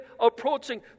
approaching